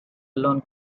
alone